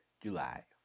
July